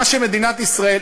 מה שמדינת ישראל,